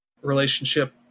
relationship